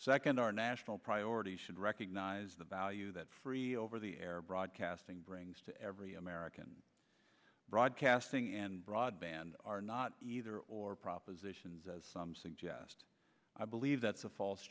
second our national priorities should recognize the value that free over the air broadcasting brings to every american broadcasting and broadband are not either or propositions as some suggest i believe that's a false